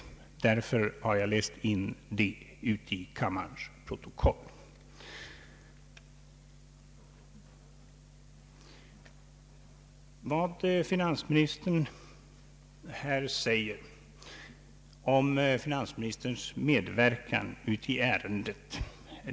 Det är alltså skälet till att jag läst in skrivelserna till kammarens protokoll.